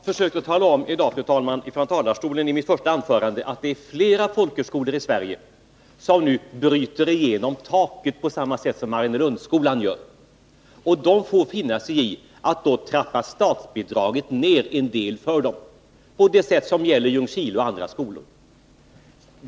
Fru talman! Jag har i dag från talarstolen i mitt första anförande försökt tala om att det är flera folkhögskolor i Sverige som nu bryter igenom taket, på samma sätt som Mariannelundsskolan gör. De får finna sig i att statsbidraget då trappas ner en del för dem, enligt den teknik som gäller Ljungskile och andra skolor.